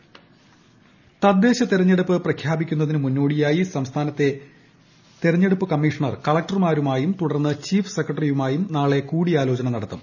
തെരഞ്ഞെടുപ്പ് തദ്ദേശ തെരഞ്ഞെടുപ്പ് പ്രഖ്യാപിക്കുന്നതിന് മുന്നോടിയായി സംസ്ഥാനത്തെ തെരഞ്ഞെടുപ്പ് കമ്മീഷണർ കളക്ടർമാരുമായും തുടർന്ന് ചീഫ് സെക്രട്ടറിയുമായും നാളെ കൂടിയാലോചന നടത്തും